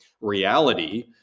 reality